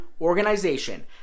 organization